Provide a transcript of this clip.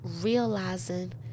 realizing